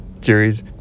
series